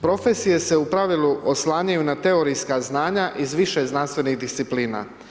Profesije se u pravilu oslanjanju na teorijska znanja iz više znanstvenih disciplina.